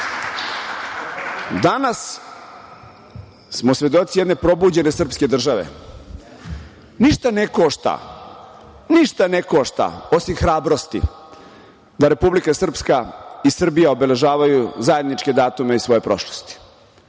smo svedoci jedne probuđene srpske države. Ništa ne košta, ništa ne košta, osim hrabrosti, da Republika Srpska i Srbija obeležavaju zajedničke datume svoje prošlosti.